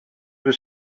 was